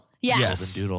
yes